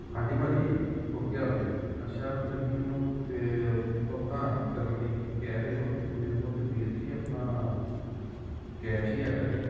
ਹਾਂਜੀ ਭਾਅ ਜੀ ਹੋਰ ਕੀ ਹਾਲ ਜੇ ਅੱਛਾ ਤੁਸੀਂ ਮੈਨੂੰ ਭੁਗਤਾਨ ਕਰਨ ਲਈ ਕਹਿ ਰਹੇ ਹੋ ਅਤੇ ਮੇਰੇ ਕੋਲ ਤਾਂ ਵੀਰ ਜੀ ਆਪਣਾ ਕੈਸ਼ ਹੀ ਹੈਗਾ ਜੇ